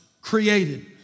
created